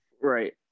Right